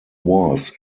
was